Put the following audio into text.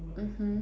mmhmm